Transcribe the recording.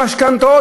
המשכנתאות,